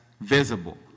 visible